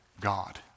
God